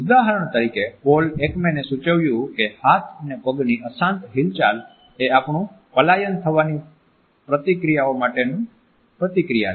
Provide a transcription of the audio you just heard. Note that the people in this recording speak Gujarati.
ઉદાહરણ તરીકે પૌલ એકમેનએ સૂચવ્યું કે હાથ અને પગની અશાંત હિલચાલ એ આપણું પલાયન થવાની પ્રતિક્રિયાઓ માટેની પ્રતિક્રિયા છે